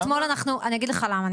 אני אגיד לך למה,